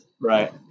right